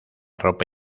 ropa